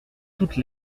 toutes